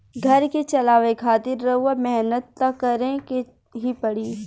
घर के चलावे खातिर रउआ मेहनत त करें के ही पड़ी